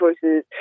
choices